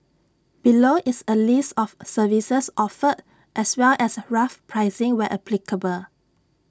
below is A list of services offered as well as rough pricing where applicable